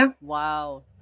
Wow